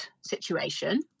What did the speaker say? situation